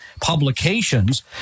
publications